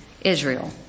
Israel